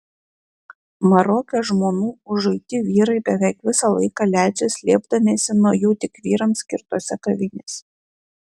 maroke žmonų užuiti vyrai beveik visą laiką leidžia slėpdamiesi nuo jų tik vyrams skirtose kavinėse